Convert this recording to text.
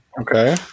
Okay